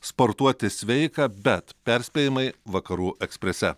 sportuoti sveika bet perspėjimai vakarų eksprese